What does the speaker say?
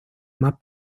más